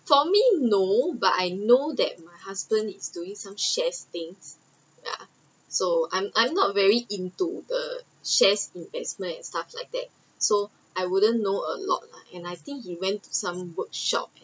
for me no but I know that my husband is doing some shares things ya so I’m I’m not a very into the shares investment and stuff like that so I wouldn’t know a lot lah and I think he went to some workshop and